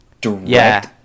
direct